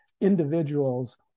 Individuals